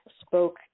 spoke